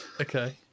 okay